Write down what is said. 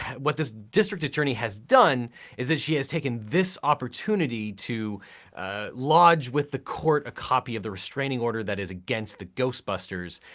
what this district attorney has done is that she has taken this opportunity to lodge with the court, a copy of the restraining order that is against the ghostbusters.